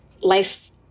life